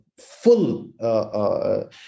full